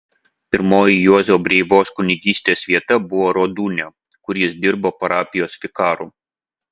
pirmoji juozo breivos kunigystės vieta buvo rodūnia kur jis dirbo parapijos vikaru